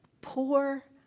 poor